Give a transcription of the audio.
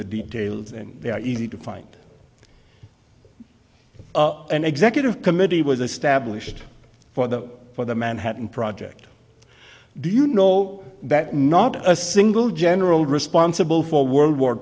the details in there are easy to find an executive committee was established for the for the manhattan project do you know that not a single general responsible for world war